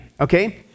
Okay